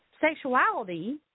sexuality